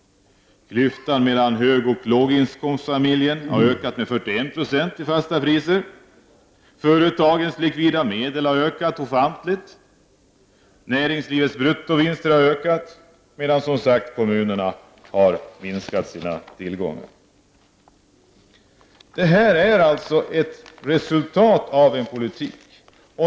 Klyftan mellan högoch låginkomstfamiljen har ökat med 41 90 i fasta priser räknat. Företagens likvida medel har ökat ofantligt, näringslivets bruttovinster har ökat medan kommunerna har minskat sina tillgångar. Detta är alltså ett resultat av en politik.